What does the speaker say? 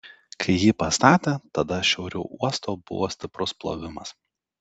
kai jį pastatė tada šiauriau uosto buvo stiprus plovimas